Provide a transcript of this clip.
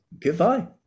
goodbye